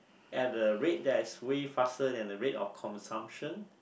at a rate that's way faster than the rate of consumption